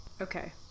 Okay